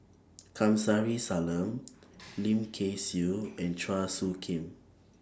Kamsari Salam Lim Kay Siu and Chua Soo Khim